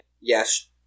yes